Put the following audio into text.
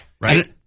Right